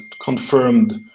confirmed